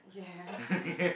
yes